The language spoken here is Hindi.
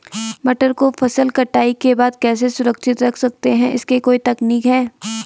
मटर को फसल कटाई के बाद कैसे सुरक्षित रख सकते हैं इसकी कोई तकनीक है?